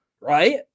Right